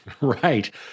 Right